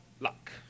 luck